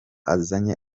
azanye